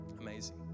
Amazing